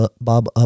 Bob